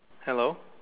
hello